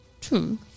True